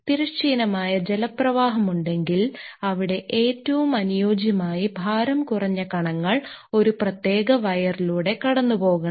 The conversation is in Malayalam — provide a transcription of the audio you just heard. തിരശ്ചീനമായ ജലപ്രവാഹം ഉണ്ടെങ്കിൽ ഇവിടെ ഏറ്റവും അനുയോജ്യമായി ഭാരം കുറഞ്ഞ കണങ്ങൾ ഒരു പ്രത്യേക വയറിലൂടെ കടന്നുപോകണം